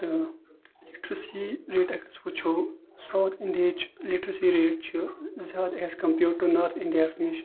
تہٕ literacy rate اگر أسۍ وٕچھو سَاوُتھ اِنڈہِچ لِٹریسی ریٹ چھِ زیادٕ ایز کَمپیٲڈ ٹو نارٕتھ اِنڈیَس نِش